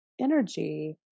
energy